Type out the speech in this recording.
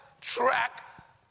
track